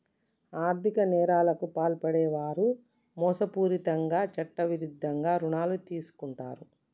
ఆర్ధిక నేరాలకు పాల్పడే వారు మోసపూరితంగా చట్టవిరుద్ధంగా రుణాలు తీసుకుంటరు